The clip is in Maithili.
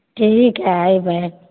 ठीक है अयबै